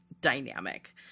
dynamic